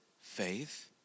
faith